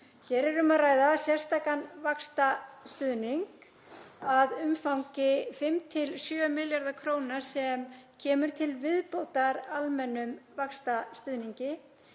Hér er um að ræða sérstakan vaxtastuðning að umfangi 5–7 milljarða kr. sem kemur til viðbótar almennum vaxtastuðningi.